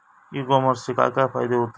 E कॉमर्सचे काय काय फायदे होतत?